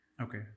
okay